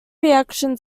reaction